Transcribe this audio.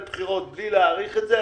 לבחירות בלי להאריך את זה,